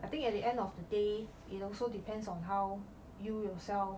I think at the end of the day it also depends on how you yourself